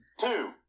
two